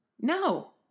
No